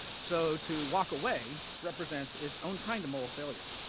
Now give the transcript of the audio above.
so to walk away represents its own kind of moral failure.